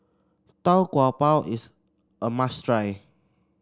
Tau Kwa Pau is a must try